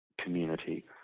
community